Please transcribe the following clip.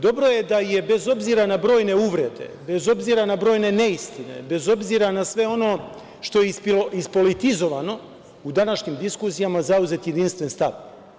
Dobro je da je bez obzira na brojne uvrede, bez obzira na brojne neistine, bez obzira na sve ono što je ispolitizovano, u današnjim diskusijama zauzeti jedinstven stav.